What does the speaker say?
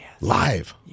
live